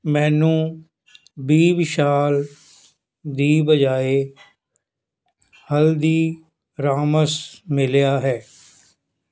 ਮੈਨੂੰ ਬੀ ਵਿਸ਼ਾਲ ਦੀ ਬਜਾਏ ਹਲਦੀਰਾਮਸ ਮਿਲਿਆ ਹੈ